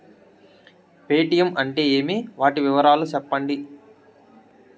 Paytm అంటే ఏమి, వాటి వివరాలు సెప్పండి?